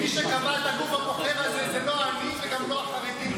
מי שקבע את הגוף הבוחר הזה זה לא אני וגם לא החרדים.